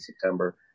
September